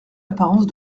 apparence